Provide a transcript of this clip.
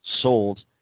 sold